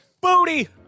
Booty